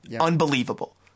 unbelievable